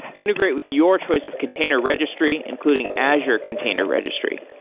integrate with your choice of container registry, including azure container registry.